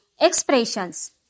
expressions